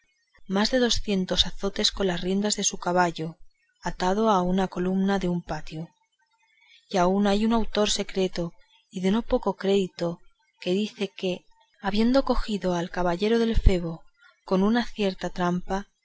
más de docientos azotes con las riendas de su caballo atado a una coluna de un patio y aun hay un autor secreto y de no poco crédito que dice que habiendo cogido al caballero del febo con una cierta trampa